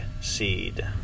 seed